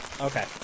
Okay